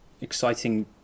exciting